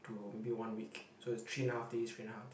to maybe one week so is three and a half days three and a half day